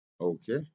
Okay